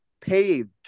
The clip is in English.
paved